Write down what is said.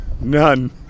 None